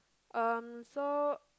um so